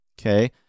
Okay